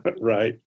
Right